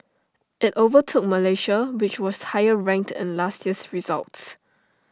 IT overtook Malaysia which was higher ranked in last year's results